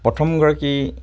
প্ৰথমগৰাকী